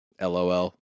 LOL